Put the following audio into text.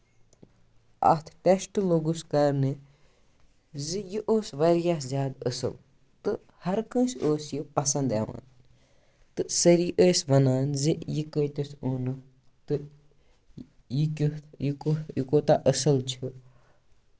اَتھ ٹٮ۪سٹ لوٚگٔس کَرنہِ زِ یہِ اوس واریاہ زیادٕ اَصٕل تہٕ ہَر کٲنٛسہِ اوس یہِ پَسنٛد اِوان تہٕ سٲری ٲسۍ وَنان زِ یہِ کۭتِس اوٚنُتھ تہٕ یہِ کٮُ۪تھ یہِ کوٗہ یہِ کوتاہ اَصٕل چھُ